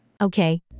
Okay